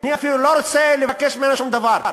אני אפילו לא רוצה לבקש ממנה שום דבר,